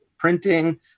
printing